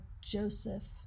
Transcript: Joseph